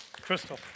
Crystal